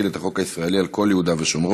את החוק הישראלי על כל יהודה ושומרון,